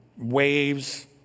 waves